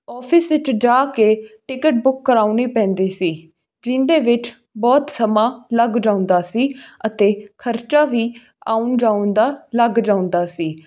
office ਵਿੱਚ ਜਾ ਕੇ ਟਿਕਟ ਬੁੱਕ ਕਰਵਾਉਣੀ ਪੈਂਦੀ ਸੀ ਜਿਹਦੇ ਵਿੱਚ ਬਹੁਤ ਸਮਾਂ ਲੱਗ ਜਾਂਦਾ ਸੀ ਅਤੇ ਖਰਚਾ ਵੀ ਆਉਣ ਜਾਣ ਦਾ ਲੱਗ ਜਾਂਦਾ ਸੀ